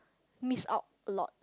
miss out a lot